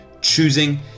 Choosing